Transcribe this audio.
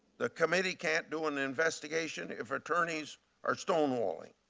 the committee cannot do an investigation if attorneys are stonewalling.